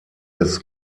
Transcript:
des